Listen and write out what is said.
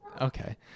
okay